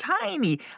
tiny